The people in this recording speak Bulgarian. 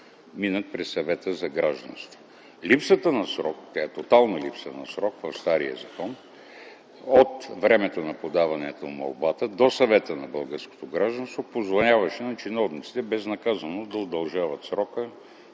минат през Съвета за гражданство. Липсата на срок, тя е тотална липса на срок в стария закон, от времето на подаване на молбата до Съвета за българско гражданство позволяваше на чиновниците безнаказано да удължават срока